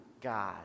God